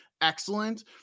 excellent